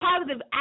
positive